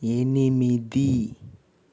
ఎనిమిది